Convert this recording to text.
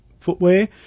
footwear